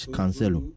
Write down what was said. Cancelo